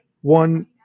one